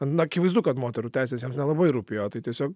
na akivaizdu kad moterų teisės jiems nelabai rūpėjo tai tiesiog